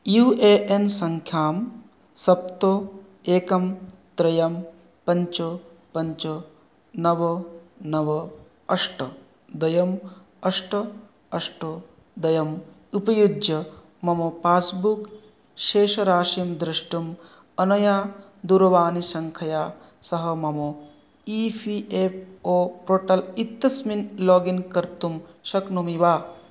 you A N सङ्ख्यां सप्त एकं त्रयं पञ्च पञ्च नव नव अष्ट द्वे अष्ट अष्ट द्वे उपयुज्य मम पास्बुक् शेषराशिं द्रष्टुं अनया दूरवानीसङ्ख्यया सह मम E P F O portal इत्यस्मिन् लागिन् कर्तुं शक्नोमि वा